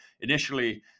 initially